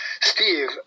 Steve